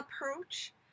approach